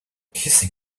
kissing